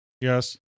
Yes